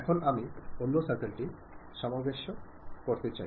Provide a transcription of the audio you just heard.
এখন আমি অন্য সার্কেল টি সামঞ্জস্য করতে চাই